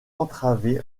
entraver